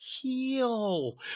heal